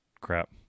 crap